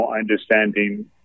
understanding